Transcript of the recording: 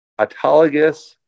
autologous